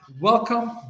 Welcome